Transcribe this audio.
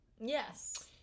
yes